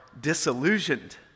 disillusioned